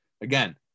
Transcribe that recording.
Again